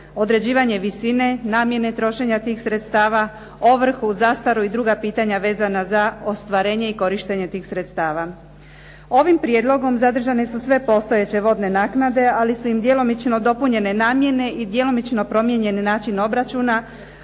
određivanje visine, namjene trošenja tih sredstava, ovrhu, zastaru i druga pitanja vezana za ostvarenje i korištenje tih sredstava. Ovim prijedlogom zadržane su sve postojeće vodne naknade, ali su im djelomično dopunjene namjene i djelomično promijenjen način obračuna,